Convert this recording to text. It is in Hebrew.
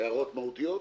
הערות מהותיות?